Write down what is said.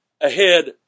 ahead